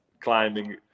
climbing